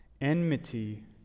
enmity